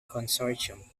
consortium